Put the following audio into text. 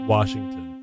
Washington